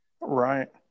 Right